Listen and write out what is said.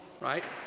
right